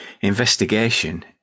Investigation